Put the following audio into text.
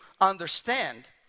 understand